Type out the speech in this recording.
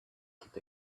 keep